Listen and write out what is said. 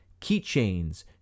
keychains